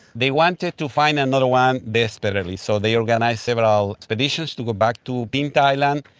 they wanted to find another one desperately, so they organised several expeditions to go back to pinta island,